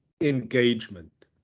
engagement